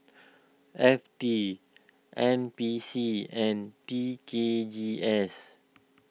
F T N P C and T K G S